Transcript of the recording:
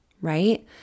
right